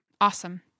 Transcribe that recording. Awesome